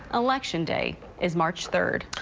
election day is march third.